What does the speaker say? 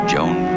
Joan